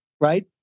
right